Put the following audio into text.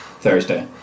Thursday